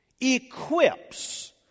equips